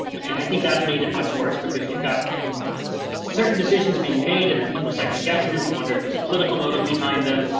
and i think that's made it much worse because you've got certain decisions being made and then people second guessing them to wonder if there's a political motive behind them.